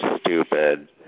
stupid